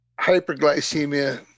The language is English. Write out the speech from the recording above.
hyperglycemia